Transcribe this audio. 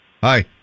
Hi